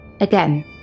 Again